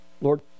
Lord